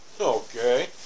Okay